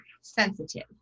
sensitive